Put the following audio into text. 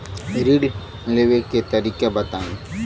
ऋण लेवे के तरीका बताई?